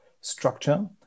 structure